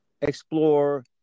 explore